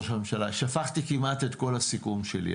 שפכתי כמעט את כל הסיכום שלי,